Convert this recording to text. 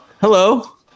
hello